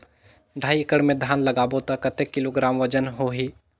ढाई एकड़ मे धान लगाबो त कतेक किलोग्राम वजन होही?